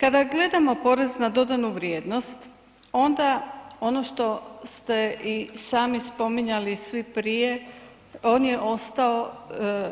Kada gledamo porez na dodanu vrijednost onda ono što ste i sami spominjali svi prije, on je ostao